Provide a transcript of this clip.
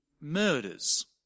murders